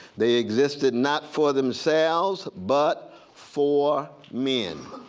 they existed not for themselves, but for men.